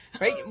Right